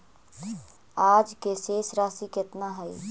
आज के शेष राशि केतना हई?